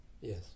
Yes